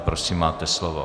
Prosím, máte slovo.